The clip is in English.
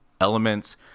elements